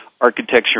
architecture